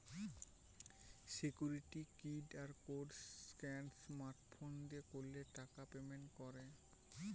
security QR code scan smart phone দিয়ে করলে টাকা পেমেন্ট করে